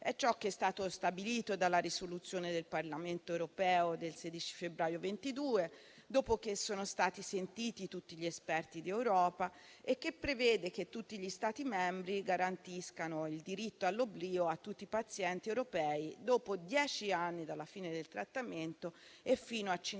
è ciò che è stato stabilito dalla risoluzione del Parlamento europeo del 16 febbraio 2022, dopo che sono stati sentiti tutti gli esperti d'Europa, e che prevede che tutti gli Stati membri garantiscano il diritto all'oblio a tutti i pazienti europei dopo dieci anni dalla fine del trattamento e fino a cinque